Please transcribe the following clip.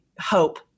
hope